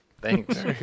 Thanks